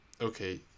Okay